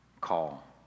call